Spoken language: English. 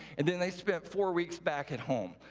and then they spent four weeks back at home.